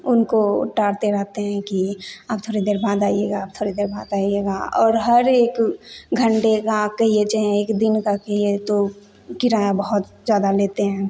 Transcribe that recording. उनको टालते रहते हैं कि आप थोड़ी देर बाद आइएगा आप थोड़ी देर बाद आइएगा और हर एक घंटे का कहिए चाहे एक दिन का कहिए तो किराया बहुत ज़्यादा लेते हैं